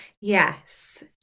Yes